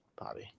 Bobby